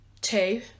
two